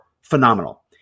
phenomenal